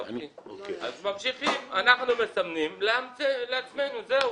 אז ממשיכים, אנחנו מסמנים לעצמנו, זהו,